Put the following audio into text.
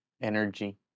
Energy